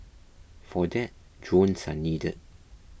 for that drones are needed